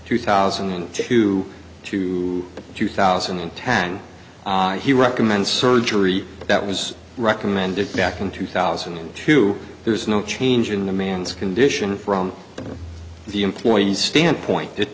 two thousand and two to two thousand and ten he recommends surgery that was recommended back in two thousand and two there's no change in the man's condition from the employees standpoint it